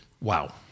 Wow